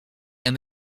and